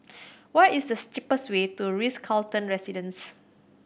what is the cheapest way to The Ritz Carlton Residences